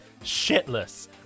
shitless